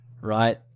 right